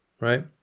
right